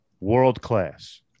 world-class